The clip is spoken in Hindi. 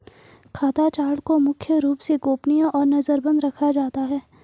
खाता चार्ट को मुख्य रूप से गोपनीय और नजरबन्द रखा जाता है